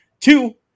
Two